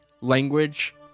language